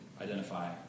identify